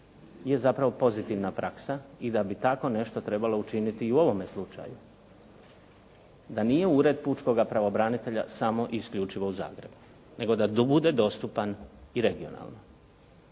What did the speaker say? je zapravo pozitivna praksa i da bi tako nešto trebalo učiniti i u ovome slučaju. Da nije ured pučkoga pravobranitelja samo isključivo u Zagrebu, nego da bude dostupan i regionalno.